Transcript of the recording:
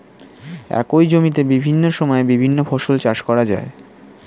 একই জমিতে বিভিন্ন সময়ে বিভিন্ন ফসল চাষ করা যায়